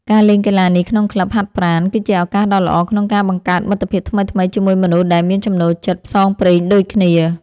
ការលេងកីឡានេះក្នុងក្លឹបហាត់ប្រាណ គឺជាឱកាសដ៏ល្អក្នុងការបង្កើតមិត្តភាពថ្មីៗជាមួយមនុស្សដែលមានចំណូលចិត្តផ្សងព្រេងដូចគ្នា។